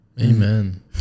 Amen